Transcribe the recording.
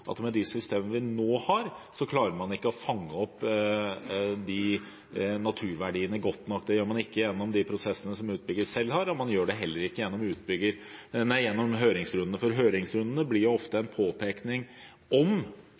at med de systemene vi nå har, klarer man ikke å fange opp naturverdiene godt nok. Det gjør man ikke gjennom de prosessene som utbygger selv har, og man gjør det heller ikke gjennom høringsrundene, for høringsrundene blir ofte